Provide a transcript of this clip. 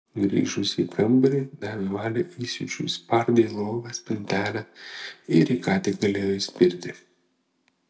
grįžusi į kambarį davė valią įsiūčiui spardė lovą spintelę ir į ką tik galėjo įspirti